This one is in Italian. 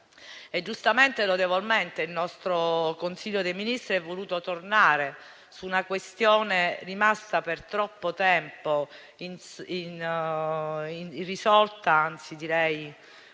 Giustamente e lodevolmente il nostro Consiglio dei ministri è voluto tornare su una questione rimasta per troppo tempo irrisolta, anzi, direi